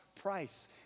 price